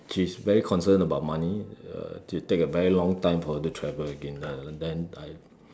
she's very concerned about money uh it take a very long time for her to travel again ah then I